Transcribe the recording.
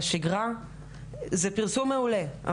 בשגרה זה פרסום מעולה,